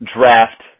draft